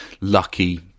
Lucky